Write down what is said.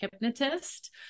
Hypnotist